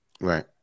Right